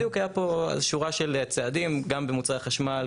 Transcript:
בדיוק היה פה שורה של צעדים גם במוצרי החשמל,